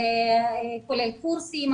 כולל קורסים,